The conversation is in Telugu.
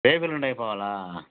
రేపు ఎల్లుండి అయిపోవాలా